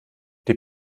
die